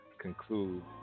conclude